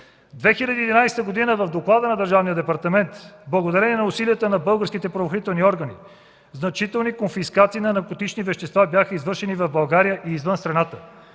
2011 г. в доклада на Държавния департамент: „Благодарение на усилията на българските правоохранителни органи значителни конфискации на наркотични вещества бяха извършени в България и извън страната.